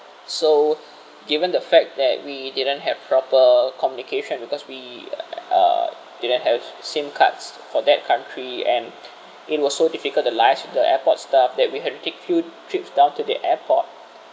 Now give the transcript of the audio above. so given the fact that we didn't have proper communication because we uh didn't have SIM cards for that country and it was so difficult to liaise with the airport staff that we had to take few trips down to the airport